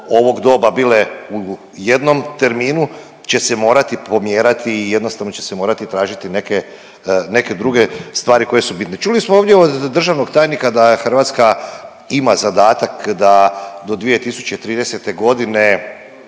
ovog doba bile u jednom terminu, će se morati pomjerati i jednostavno će se morati tražiti neke druge stvari koje su bitnije. Čuli smo ovdje od državnog tajnika da Hrvatska ima zadatak da do 2030. g.